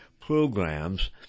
programs